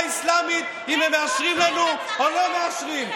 האסלאמית אם הם מאשרים לנו או לא מאשרים.